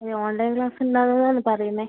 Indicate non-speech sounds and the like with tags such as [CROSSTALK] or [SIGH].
ഈ online class ഉണ്ട് [UNINTELLIGIBLE] പറയുന്നത്